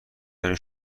داریم